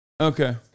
Okay